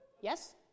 Yes